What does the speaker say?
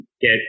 get